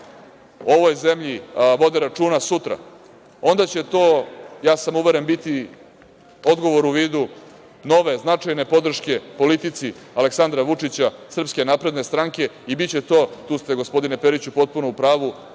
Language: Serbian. ovoj zemlji vode računa sutra onda će to, ja sam uveren, biti odgovor u vidu nove, značajne podrške politici Aleksandra Vučića, SNS i biće to, tu ste, gospodine Periću, potpuno u pravu,